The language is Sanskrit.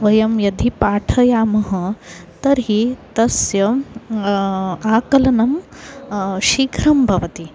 वयं यदि पाठयामः तर्हि तस्य आकलनं शीघ्रं भवति